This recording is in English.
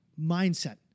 mindset